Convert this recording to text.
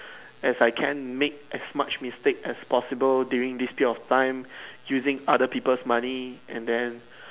as I can make as much mistake as possible during this peak of time using other people's money and then